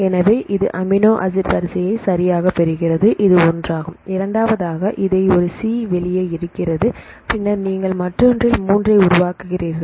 எனவே இது amino acid வரிசையை சரியாகப் பெறுகிறது இது ஒன்றாகும் இரண்டாவதாக இதை ஒரு சி வெளியே எடுக்கிறது பின்னர் நீங்கள் மற்றொன்றில் 3 ஐ உருவாக்குகிறீர்கள்